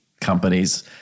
Companies